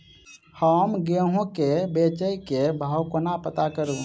हम गेंहूँ केँ बेचै केँ भाव कोना पत्ता करू?